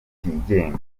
kigenga